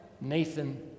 Nathan